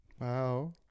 Wow